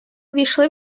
ввійшли